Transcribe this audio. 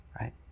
right